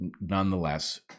nonetheless